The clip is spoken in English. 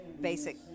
basic